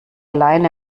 allein